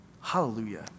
Hallelujah